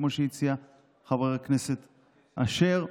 כמו שהציע חבר הכנסת אשר.